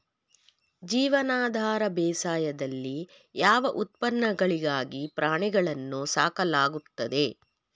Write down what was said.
ಜೀವನಾಧಾರ ಬೇಸಾಯದಲ್ಲಿ ಯಾವ ಉತ್ಪನ್ನಗಳಿಗಾಗಿ ಪ್ರಾಣಿಗಳನ್ನು ಸಾಕಲಾಗುತ್ತದೆ?